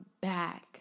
back